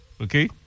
okay